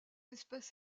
espèce